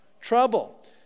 Trouble